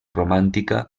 romàntica